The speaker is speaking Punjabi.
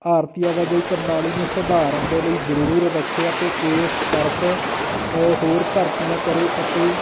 ਭਾਰਤੀ ਆਵਾਜਾਈ ਪ੍ਰਣਾਲੀ ਨੂੰ ਸੁਧਾਰਨ ਦੇ ਲਈ ਜ਼ਰੂਰ ਰੱਖੇ ਅਤੇ ਇਸ ਤਰਫ਼ ਅ ਹੋਰ ਭਰਤੀਆਂ ਕਰੇ ਅਤੇ